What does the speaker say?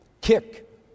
kick